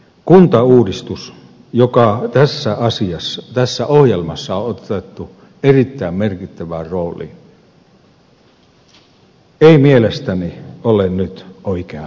kuntauudistus joka tässä ohjelmassa on otettu erittäin merkittävään rooliin ei mielestäni ole nyt oikeasuhtainen